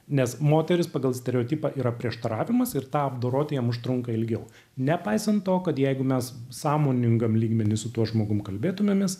nes moterys pagal stereotipą yra prieštaravimas ir tą apdoroti jam užtrunka ilgiau nepaisant to kad jeigu mes sąmoningam lygmeny su tuo žmogumi kalbėtumėmės